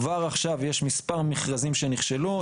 כבר עכשיו יש מספר מכרזים שנכשלו.